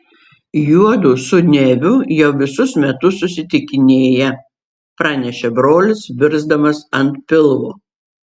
juodu su neviu jau visus metus susitikinėja pranešė brolis virsdamas ant pilvo